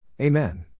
Amen